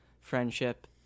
friendship